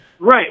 Right